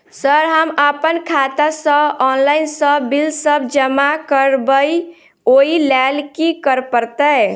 Sir हम अप्पन खाता सऽ ऑनलाइन सऽ बिल सब जमा करबैई ओई लैल की करऽ परतै?